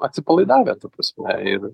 atsipalaidavę ta prasme ir